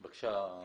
בבקשה,